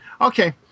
Okay